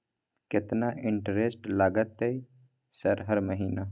केतना इंटेरेस्ट लगतै सर हर महीना?